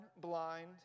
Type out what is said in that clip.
blind